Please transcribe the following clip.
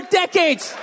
decades